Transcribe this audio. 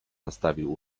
nastawił